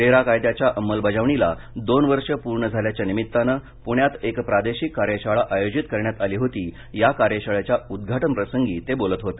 RERA कायद्याच्या अंमलबजावणीला दोन वर्षे पूर्ण झाल्याच्या निमित्तानं पुण्यात एक प्रादेशिक कार्यशाळा आयोजित करण्यात आली होती या कार्यशाळेच्या उद्वाटन प्रसंगी ते बोलत होते